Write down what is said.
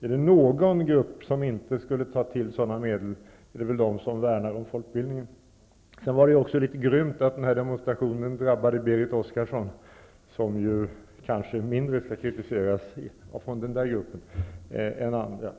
Är det någon grupp som inte borde ta till sådana medel, är det väl de som värnar om folkbildningen. Sedan var det också litet grymt att demonstrationen drabbade Berit Oscarsson, som kanske mindre än andra skall kritiseras av gruppen som demonstrerade.